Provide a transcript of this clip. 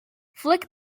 flick